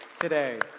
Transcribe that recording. today